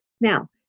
Now